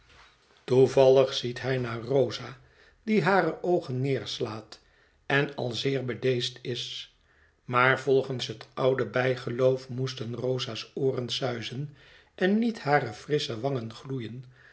toevallig ziet hij naarrosa die hare oogen neerslaat en al zeer bedeesd is maar volgens het oude bijgeloof moesten rosa's ooren suizen en niet hare frissche wangen gloeien